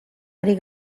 ari